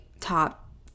top